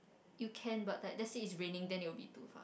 you can but like let's say it's raining then it will be too